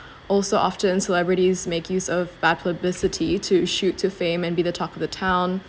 also often celebrities make use of bad publicity to shoot to fame and be the talk of the town